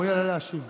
יעלה להשיב.